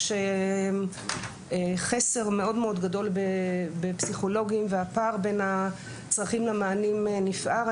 יש חסר מאוד גדול בפסיכולוגים והפער בין הצרכים למענים נפער.